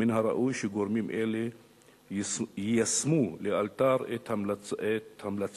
מן הראוי שגורמים אלה יישמו לאלתר את ההמלצות